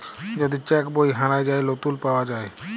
যদি চ্যাক বই হারাঁয় যায়, লতুল পাউয়া যায়